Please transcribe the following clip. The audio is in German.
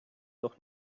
doch